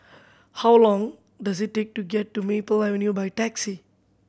how long does it take to get to Maple Avenue by taxi